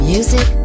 Music